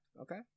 okay